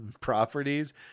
properties